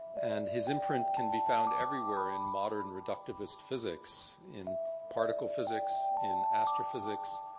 and his imprint can be found everywhere in modern and reductivist physics, in particle physics, in astrophysics,